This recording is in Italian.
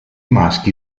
maschi